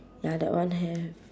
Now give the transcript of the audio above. ya that one have